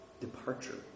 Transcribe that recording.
Departure